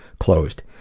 closed.